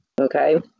Okay